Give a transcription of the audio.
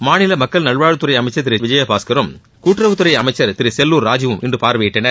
மாநில மக்கள் நல்வாழ்வுத்துறை அமைச்சர் திரு சி விஜயபாஸ்கரும் கூட்டுறவுத்துறை அமைச்சர் திரு செல்லூர் ராஜூவும் இன்று பார்வையிட்டனர்